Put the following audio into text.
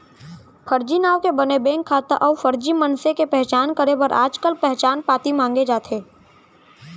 फरजी नांव के बने बेंक खाता अउ फरजी मनसे के पहचान करे बर आजकाल पहचान पाती मांगे जाथे